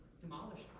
demolished